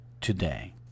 today